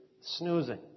snoozing